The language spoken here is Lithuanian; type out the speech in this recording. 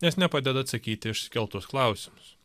nes nepadeda atsakyt į iškeltus klausimus